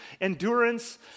endurance